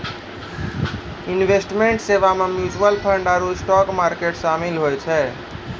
investment सेबा मे mutual fund आरु स्टाक मार्केट शामिल होय छै